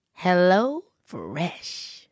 HelloFresh